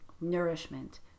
nourishment